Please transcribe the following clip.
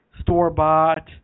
store-bought